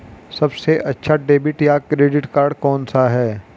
सबसे अच्छा डेबिट या क्रेडिट कार्ड कौन सा है?